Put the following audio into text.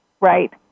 right